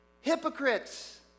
Hypocrites